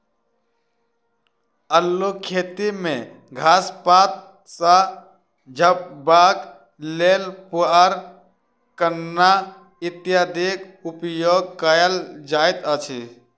अल्लूक खेती मे घास पात सॅ झपबाक लेल पुआर, कन्ना इत्यादिक उपयोग कयल जाइत अछि